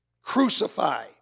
Crucify